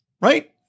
right